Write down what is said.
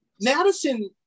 Madison